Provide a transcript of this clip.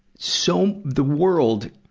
so, the world